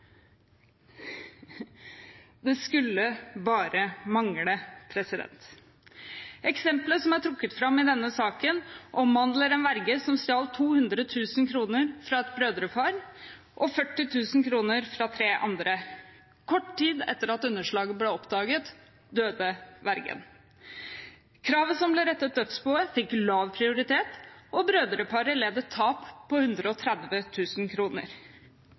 det skulle bare mangle! Eksemplet som er trukket fram i denne saken, omhandler en verge som stjal 200 000 kr fra et brødrepar og 40 000 kr fra tre andre. Kort tid etter at underslaget ble oppdaget, døde vergen. Kravet som ble rettet mot dødsboet, fikk lav prioritet, og brødreparet led et tap på